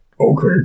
Okay